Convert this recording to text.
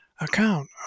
account